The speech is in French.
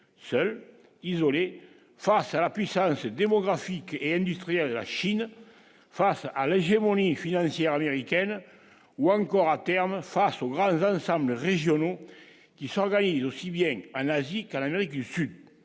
seule, isolée face à la puissance démographique et industriel de la Chine face à l'hégémonie financière américaine ou encore à terme face aux graves régionaux qui s'organise aussi bien à la vie à l'Amérique du Sud,